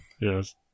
Yes